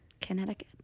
Connecticut